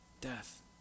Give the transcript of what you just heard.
death